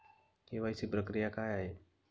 KYC प्रक्रिया काय आहे?